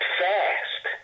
fast